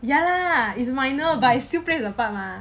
ya lah is minor but it still play a part mah